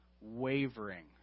wavering